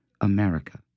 America